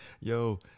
Yo